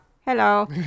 hello